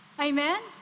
Amen